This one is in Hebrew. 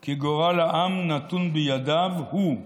כי גורל העם נתון בידיו הוא,